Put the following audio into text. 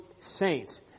saints